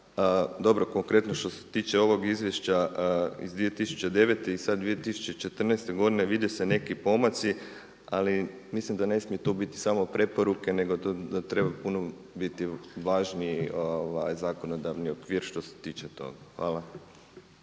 Dobro konkretno što se tiče ovog izvješća iz 2009. i sad 2014. godine vide se neki pomaci, ali mislim da ne smije tu samo biti preporuke nego da treba puno biti važniji zakonodavni okvir što se tiče toga. Hvala.